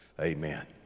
Amen